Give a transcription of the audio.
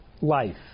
life